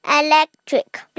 electric